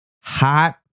Hot